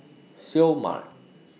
Seoul Mart